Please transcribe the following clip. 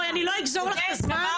בואי, אני לא אגזור לך את הזמן.